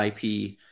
ip